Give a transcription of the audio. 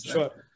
Sure